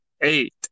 Eight